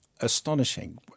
astonishing